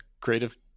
creative